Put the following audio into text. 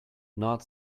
not